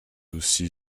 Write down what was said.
aussi